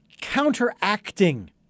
counteracting